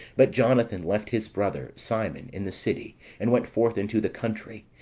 but jonathan left his brother, simon, in the city and went forth into the country,